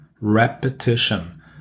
repetition